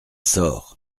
sort